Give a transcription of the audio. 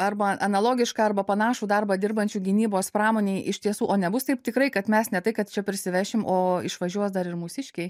arba analogišką arba panašų darbą dirbančių gynybos pramonei iš tiesų o ne bus taip tikrai kad mes ne tai kad čia prisivešim o išvažiuos dar ir mūsiškiai